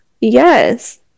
Yes